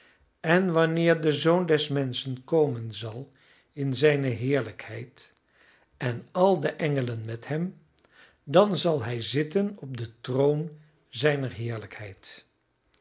en wanneer de zoon des menschen komen zal in zijne heerlijkheid en al de engelen met hem dan zal hij zitten op den troon zijner heerlijkheid